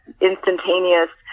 instantaneous